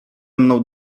mną